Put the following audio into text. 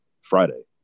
Friday